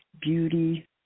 beauty